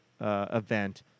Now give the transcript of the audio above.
event